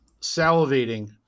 salivating